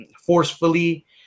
forcefully